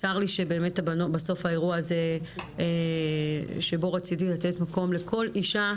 צר לי שבסוף האירוע הזה שבו רציתי לתת מקום לכל אישה